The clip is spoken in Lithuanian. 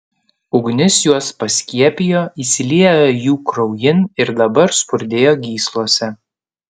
ugnis juos paskiepijo įsiliejo jų kraujin ir dabar spurdėjo gyslose